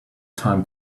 time